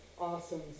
awesome